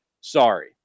sorry